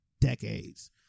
decades